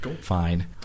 fine